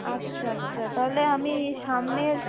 আচ্ছা আচ্ছা তাহলে আমি সামনের